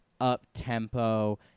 up-tempo